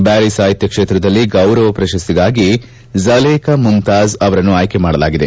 ಬ್ಬಾರಿ ಸಾಹಿತ್ಯ ಕ್ಷೇತ್ರದಲ್ಲಿ ಗೌರವ ಪ್ರಶಸ್ತಿಗಾಗಿ ಝುಲೇಖ ಮುಮ್ತಾಝ್ ಅವರನ್ನು ಆಯ್ಲೆ ಮಾಡಲಾಗಿದೆ